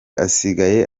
asigaye